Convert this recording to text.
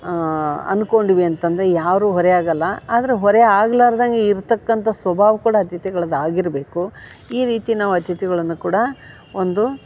ಅನ್ಕೊಂಡ್ವಿ ಅಂತಂದರೆ ಯಾರು ಹೊರೆ ಆಗಲ್ಲ ಆದರೆ ಹೊರೆ ಆಗ್ಲಾರ್ದಂಗೆ ಇರ್ತಕ್ಕಂಥ ಸ್ವಭಾವ ಕೂಡ ಅತಿಥಿಗಳ್ದಾಗಿರ್ಬೇಕು ಈ ರೀತಿ ನಾವು ಅತಿಥಿಗಳನ್ನ ಕೂಡ ಒಂದು